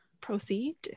proceed